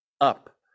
up